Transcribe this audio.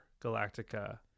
Galactica